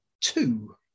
two